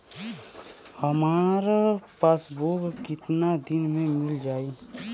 हमार पासबुक कितना दिन में मील जाई?